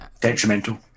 detrimental